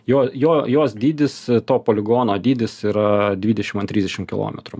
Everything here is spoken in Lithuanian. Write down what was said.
jo jo jos dydis to poligono dydis yra dvidešim ant trisdešim kilometrų